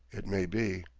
it may be.